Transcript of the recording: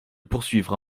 poursuivra